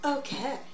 Okay